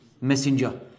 messenger